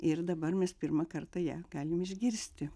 ir dabar mes pirmą kartą ją galim išgirsti